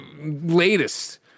latest